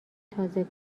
تازه